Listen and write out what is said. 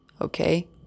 okay